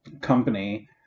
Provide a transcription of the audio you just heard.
company